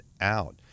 out